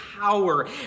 power